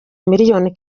miliyoni